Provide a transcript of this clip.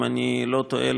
אם אני לא טועה,